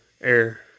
Air